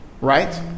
right